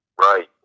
Right